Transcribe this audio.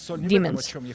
demons